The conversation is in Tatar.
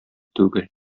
түгел